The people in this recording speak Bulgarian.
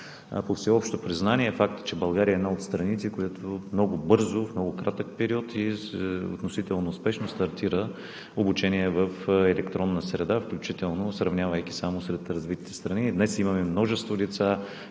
По всеобщо признание е факт, че България е една от страните, които много бързо, в много кратък период и относително успешно стартира обучение в електронна среда, включително сравнявайки я само сред развитите страни. И днес имаме множество деца,